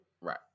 Right